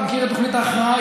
אתה מכיר את תוכנית ההכרעה,